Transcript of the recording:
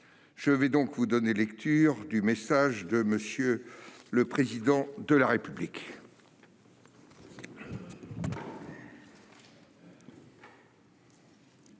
Je vais à présent vous donner lecture du message de M. le Président de la République,